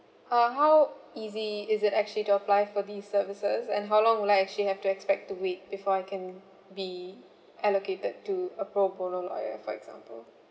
uh how easy is it actually to apply for these services and how long will I actually have to expect to wait before I can be allocated to a pro bono lawyer for example